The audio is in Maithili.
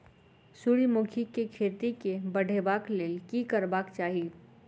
सूर्यमुखी केँ खेती केँ बढ़ेबाक लेल की करबाक चाहि?